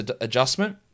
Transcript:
adjustment